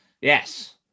Yes